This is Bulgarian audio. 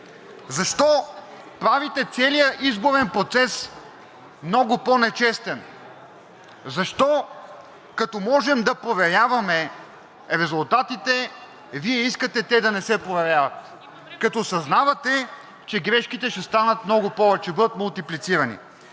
Защо правите целия изборен процес много по-нечестен? Защо, като можем да проверяваме резултатите, Вие искате да не се проверяват, като съзнавате, че грешките ще станат много повече, ще бъдат мултиплицирани?